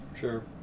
Sure